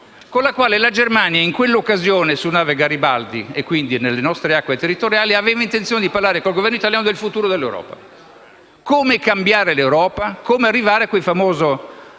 con il quale la Germania in quell'occasione, sulla nave Garibaldi e nelle nostre acque territoriali, aveva intenzione di parlare con il Governo italiano del futuro dell'Europa. Come cambiare l'Europa, come arrivare a quel famoso